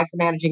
micromanaging